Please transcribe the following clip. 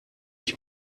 ich